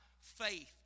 faith